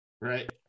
right